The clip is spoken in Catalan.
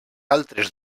altres